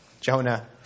Jonah